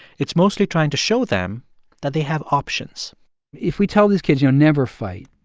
it's mostly trying to show them that they have options if we tell these kids, you'll never fight,